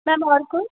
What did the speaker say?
ma'am और कुछ